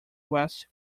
west